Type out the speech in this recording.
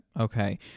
okay